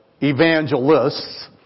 evangelists